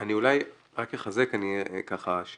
אני אולי רק אחזק שתהיה כרונולוגיה.